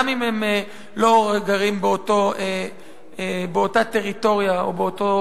גם אם הם לא גרים באותה טריטוריה או באותו